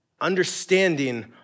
understanding